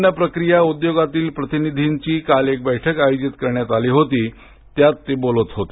अन्न प्रक्रिया उद्योगातील प्रतिनिधींची काल एक बैठक आयोजित करण्यात आली होती त्यात ते बोलत होते